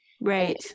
Right